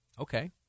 Okay